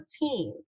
team